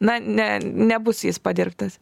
na ne nebus jis padirbtas